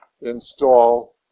install